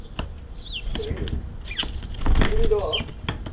ᱨᱤᱱ ᱨᱤᱱ ᱫᱚ